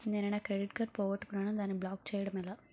నేను నా credit card పోగొట్టుకున్నాను దానిని బ్లాక్ చేయడం ఎలా?